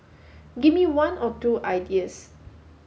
give me one or two ideas